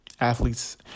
athletes